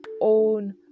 own